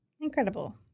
Incredible